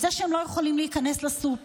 את זה שהם לא יכולים להיכנס לסופר,